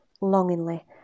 longingly